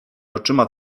oczyma